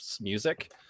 music